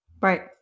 Right